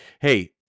Hey